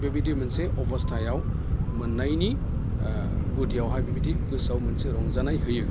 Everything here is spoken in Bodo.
बेबायदि मोनसे अबस्थायाव मोननायनि गुदियावहाय बेबायदि गोसोआव मोनसे रंजानाय होयो